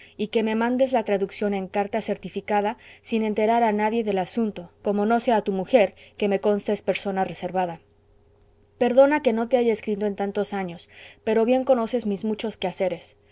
y que me mandes la traducción en carta certificada sin enterar a nadie del asunto como no sea a tu mujer que me consta es persona reservada perdona que no te haya escrito en tantos años pero bien conoces mis muchos quehaceres